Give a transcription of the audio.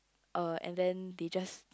uh and then they just